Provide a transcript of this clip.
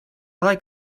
like